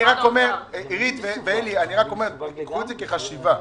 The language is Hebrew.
עירית ואלי, קחו את זה כחשיבה.